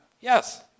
yes